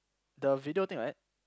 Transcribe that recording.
the video thing right